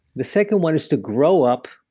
the second one is to grow up,